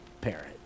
parent